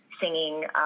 singing